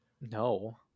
no